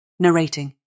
Narrating